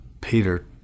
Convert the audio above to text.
Peter